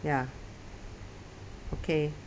ya okay